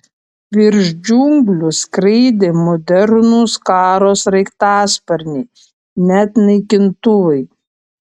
virš džiunglių skraidė modernūs karo sraigtasparniai net naikintuvai